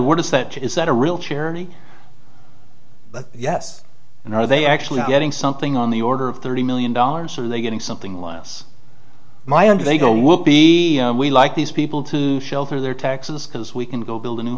what does that is that a real charity yes and are they actually getting something on the order of thirty million dollars are they getting something less my under they go will be we like these people to shelter their taxes because we can go build a new